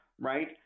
right